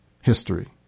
history